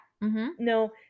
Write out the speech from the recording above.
No